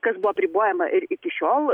kas buvo apribojama ir iki šiol